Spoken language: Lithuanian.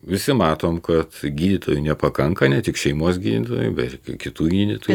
visi matom kad gydytojų nepakanka ne tik šeimos gydytojų bet kitų gydytojų